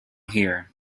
here